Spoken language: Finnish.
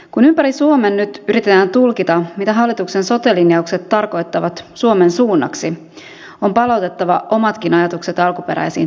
kun ympäri suomen nyt yritetään tulkita mitä hallituksen sote linjaukset tarkoittavat suomen suunnaksi on palautettava omatkin ajatukset alkuperäisiin tavoitteisiin